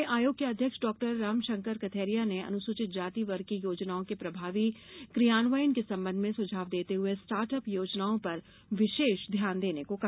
वहीं आयोग के अध्यक्ष डॉक्टर रामशंकर कथेरिया ने अनुसूचित जाति वर्ग की योजनाओं के प्रभावी कियान्वयन के संबंध में सुझाव देते हुए स्टार्ट अप योजनाओं पर विशेष ध्यान देने को कहा